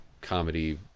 comedy